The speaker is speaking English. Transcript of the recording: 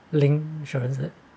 or link insurance it